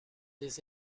des